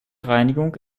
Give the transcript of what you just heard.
reinigung